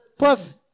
Plus